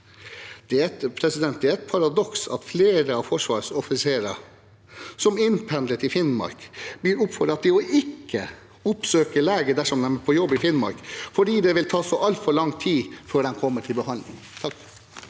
Det er et paradoks at flere av Forsvarets offiserer som pendler inn til Finnmark, blir oppfordret til ikke å oppsøke lege dersom de er på jobb i Finnmark, fordi det vil ta så altfor lang tid før de kommer til behandling. Med